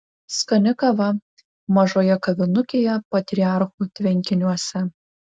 skani kava mažoje kavinukėje patriarchų tvenkiniuose